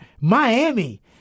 Miami